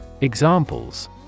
Examples